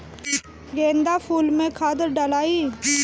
गेंदा फुल मे खाद डालाई?